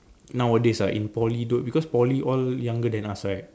nowadays ah in poly tho~ because poly all younger then us right